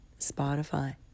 Spotify